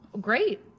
great